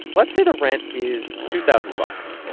let's say the rent is two thousand bucks.